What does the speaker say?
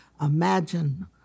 imagine